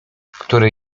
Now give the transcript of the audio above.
które